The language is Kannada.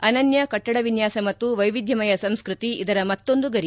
ಅನನ್ಯ ಕಟ್ಟಡ ವಿನ್ಯಾಸ ಮತ್ತು ವೈವಿಧ್ಯಮಯ ಸಂಸ್ಕೃತಿ ಇದರ ಮತ್ತೊಂದು ಗರಿ